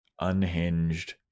unhinged